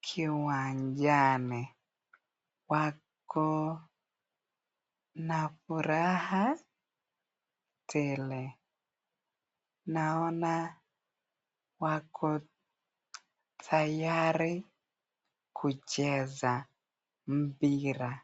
kiwanjani . Wako na furaha tele. Tunaona wako tayari kucheza mpira .